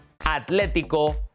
Atlético